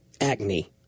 acne